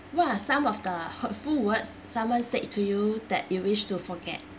what are some of the hurtful words someone said to you that you wish to forget